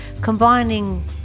combining